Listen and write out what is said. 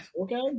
Okay